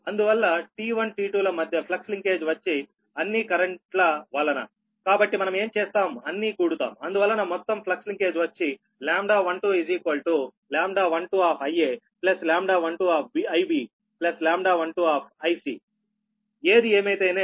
అందువల్ల T1T2 ల మధ్య ఫ్లక్స్లింకేజ్ వచ్చి అన్ని కరెంట్ ల వలన కాబట్టి మనం ఏం చేస్తాం అన్ని కూడుతాంఅందువలన మొత్తం ఫ్లక్స్ లింకేజ్ వచ్చి λ12 λ12 λ12 λ12 ఏది ఏమైతేనేం λ12 వచ్చి 0